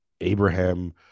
Abraham